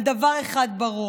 אבל דבר אחד ברור: